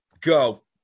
Go